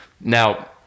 Now